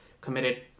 committed